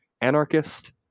anarchist